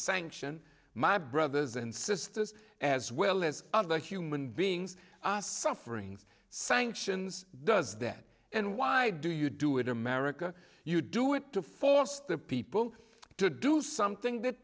sanction my brothers and sisters as well as other human beings are suffering sanctions does that and why do you do it america you do it to force the people to do something that